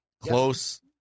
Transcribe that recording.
Close